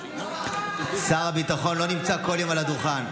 נשמה, שר הביטחון לא נמצא כל יום על הדוכן.